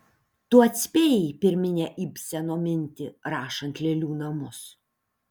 tu atspėjai pirminę ibseno mintį rašant lėlių namus